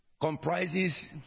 comprises